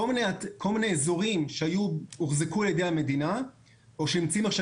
כל מיני אזורים שהוחזקו על ידי המדינה או שנמצאים עכשיו